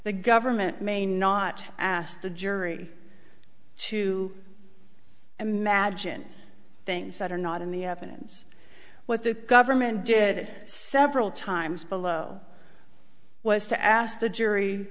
the government may not ask the jury to imagine things that are not in the evidence what the government did several times below was to ask the jury